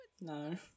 No